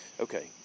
Okay